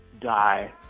die